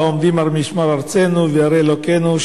העומדים על משמר ארצנו וערי אלוקינו.